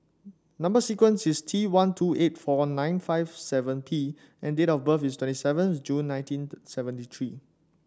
number sequence is T one two eight four nine five seven P and date of birth is twenty seventh June nineteen seventy three